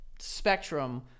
spectrum